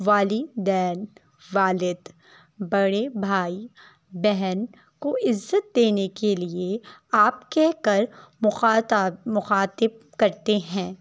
والدین والد بڑے بھائی بہن کو عزت دینے کے لیے آپ کہہ کر مخاطب مخاطب کرتے ہیں